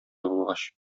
булгач